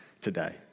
today